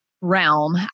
realm